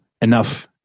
enough